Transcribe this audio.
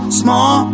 small